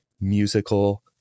musical